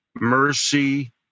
mercy